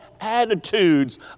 attitudes